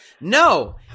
No